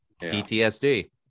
PTSD